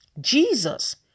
Jesus